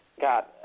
got